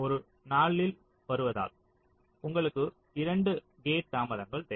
ஒரு 4 இல் வருவதால் உங்களுக்கு இரண்டு கேட் தாமதங்கள் தேவை